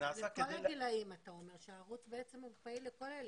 נעשה --- אתה אומר שהערוץ פעיל לכל הגילאים?